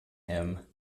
him